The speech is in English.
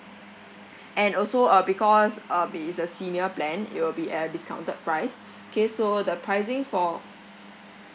and also uh because uh be is a senior plan it will be at a discounted price K so the pricing for